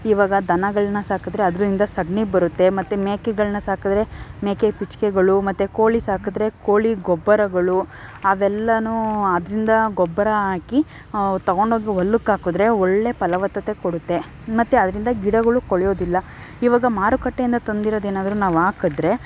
ಇವಾಗ ದನಗಳನ್ನು ಸಾಕಿದ್ರೆ ಅದರಿಂದ ಸಗಣಿ ಬರುತ್ತೆ ಮತ್ತು ಮೇಕೆಗಳನ್ನು ಸಾಕಿದ್ರೆ ಮೇಕೆ ಪಿಚ್ಕೆಗಳು ಮತ್ತು ಕೋಳಿ ಸಾಕಿದ್ರೆ ಕೋಳಿ ಗೊಬ್ಬರಗಳು ಅವೆಲ್ಲಾ ಅದರಿಂದ ಗೊಬ್ಬರ ಹಾಕಿ ತೊಗೊಂಡು ಹೋಗಿ ಹೊಲಕ್ ಹಾಕಿದ್ರೆ ಒಳ್ಳೆಯ ಫಲವತ್ತತೆ ಕೊಡುತ್ತೆ ಮತ್ತು ಅದರಿಂದ ಗಿಡಗಳು ಕೊಳೆಯೋದಿಲ್ಲ ಇವಾಗ ಮಾರುಕಟ್ಟೆಯಿಂದ ತಂದಿರೋದು ಏನಾದರೂ ನಾವು ಹಾಕಿದ್ರೆ